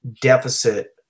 deficit